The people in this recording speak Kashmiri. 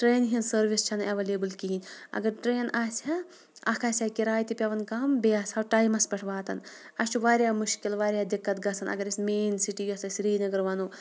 ٹرٛینہِ ہِنٛزۍ سٔروِس چھَنہٕ ایویلیبٕل کِہیٖنۍ اگر ٹرٛین آسہِ ہا اَکھ آسہِ ہا کِراے تہِ پٮ۪وان کَم بیٚیہِ آسہٕ ہَو ٹایمَس پٮ۪ٹھ واتان اَسہِ چھُ واریاہ مُشکِل واریاہ دِقت گژھان اگر أسۍ مین سِٹی یۄس أسۍ سرینگر وَنو